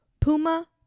Puma